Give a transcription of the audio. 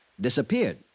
Disappeared